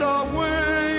away